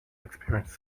experience